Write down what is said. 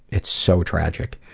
it's so tragic.